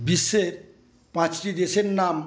বিশ্বের পাঁচটি দেশের নাম